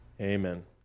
Amen